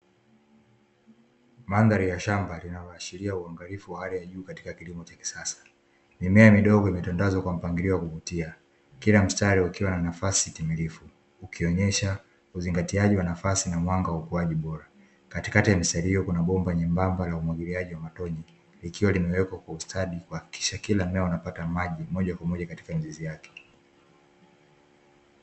Mandhari ya shamba linawaashiria uangalifu wa hali ya juu katika kilimo cha kisasa, mimea kidogo imetanda kwa mpangilio wa kuvutia, kila mstari ukiwa na nafasi timilifu ukionyesha uzingatiaji wa nafasi na mwanga ukuaji bora katikati ya mistali hiyo kuna bomba nyembamba la matone ikiwa limewekwa kwa ustadi kuhakikisha kila eneo unapata maji moja kwa moja katika njia yake.